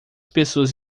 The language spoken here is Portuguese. pessoas